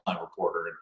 reporter